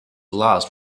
lost